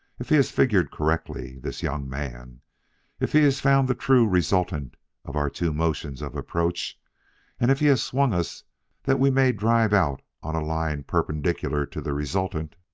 if he has figured correctly, this young man if he has found the true resultant of our two motions of approach and if he has swung us that we may drive out on a line perpendicular to the resultant